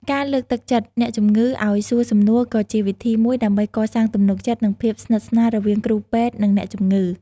ការលើកទឹកចិត្តអ្នកជំងឺឱ្យសួរសំណួរក៏ជាវិធីមួយដើម្បីកសាងទំនុកចិត្តនិងភាពស្និទ្ធស្នាលរវាងគ្រូពេទ្យនិងអ្នកជំងឺ។